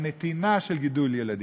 מהנתינה של גידול ילדים.